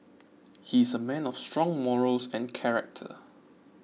he's a man of strong morals and character